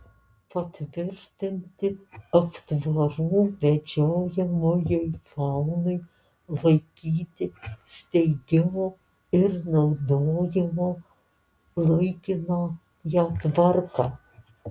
patvirtinti aptvarų medžiojamajai faunai laikyti steigimo ir naudojimo laikinąją tvarką